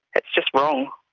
it's just wrong.